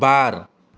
बार